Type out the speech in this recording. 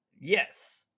Yes